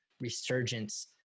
resurgence